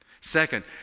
Second